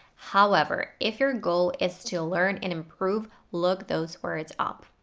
however if your goal is to learn and improve look those words up.